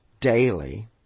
daily